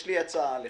יש לי הצעה אליכם,